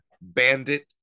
Bandit